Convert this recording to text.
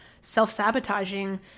self-sabotaging